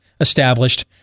established